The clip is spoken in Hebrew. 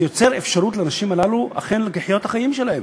זה יוצר אפשרות לאנשים הללו אכן לחיות את החיים שלהם.